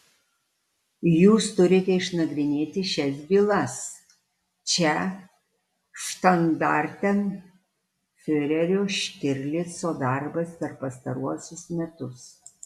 jūs turite išnagrinėti šias bylas čia štandartenfiurerio štirlico darbas per pastaruosius metus